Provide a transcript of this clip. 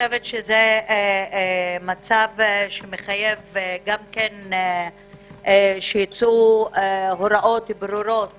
זה מצב שמחייב גם שייצאו הוראות ברורות